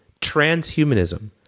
transhumanism